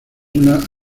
una